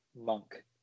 monk